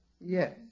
Yes